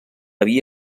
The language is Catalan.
havia